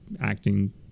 acting